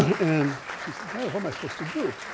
and she said, kind of um i supposed to do?